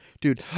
Dude